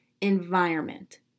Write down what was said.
environment